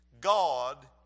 God